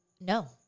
No